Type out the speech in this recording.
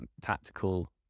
tactical